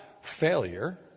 failure